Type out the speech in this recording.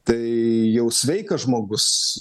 tai jau sveikas žmogus